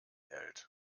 hält